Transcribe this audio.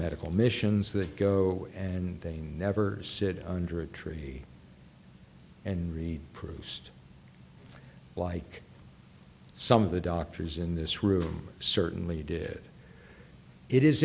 medical missions that go and they never sit under a tree and read proust like some of the doctors in this room certainly did it is